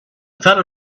thought